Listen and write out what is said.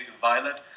violent